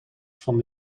van